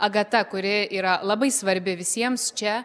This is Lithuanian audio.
agata kuri yra labai svarbi visiems čia